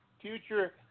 future